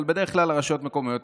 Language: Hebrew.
אבל בדרך כלל הרשויות המקומיות.